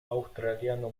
australiano